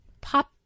pop